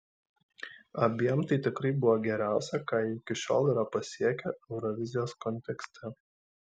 abiem tai tikrai buvo geriausia ką jie iki šiol yra pasiekę eurovizijos kontekste